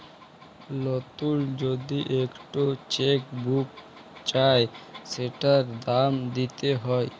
লতুল যদি ইকট চ্যাক বুক চায় সেটার দাম দ্যিতে হ্যয়